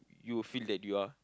you will feel that you are